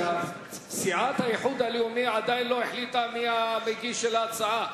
סיעת האיחוד הלאומי עדיין לא החליטה מי מגיש ההצעה.